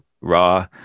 Raw